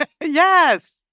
Yes